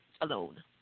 alone